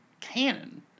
canon